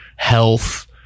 health